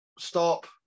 stop